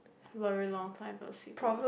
very long time for sequel to comd